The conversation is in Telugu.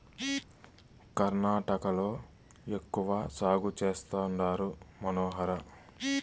కర్ణాటకలో ఎక్కువ సాగు చేస్తండారు మనోహర